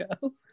go